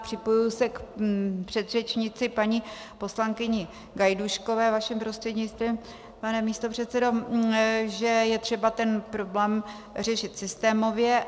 Připojuji se k předřečnici, paní poslankyni Gajdůškové, vaším prostřednictvím, pane místopředsedo, že je třeba ten problém řešit systémově.